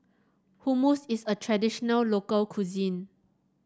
hummus is a traditional local cuisine